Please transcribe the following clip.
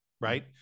right